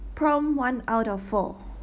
prompt one out of four